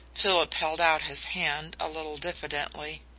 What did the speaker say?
philip held out his hand a little diffidently.